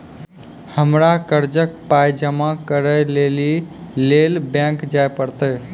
हमरा कर्जक पाय जमा करै लेली लेल बैंक जाए परतै?